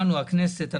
הכנסת,